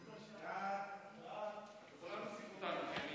ההצעה להעביר את הצעת חוק ההוצאה לפועל